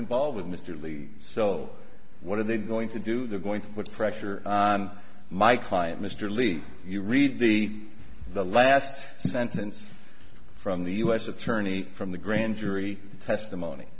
involved with mr lee so what are they going to do they're going to put pressure on my client mr levy you read the last sentence from the u s attorney from the grand jury testimony